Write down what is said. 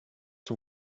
zum